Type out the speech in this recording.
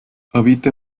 habita